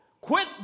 Quit